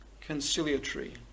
conciliatory